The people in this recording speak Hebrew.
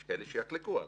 יש כאלה שיחלקו עליי,